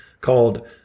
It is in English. called